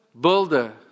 builder